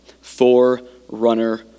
Forerunner